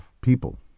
people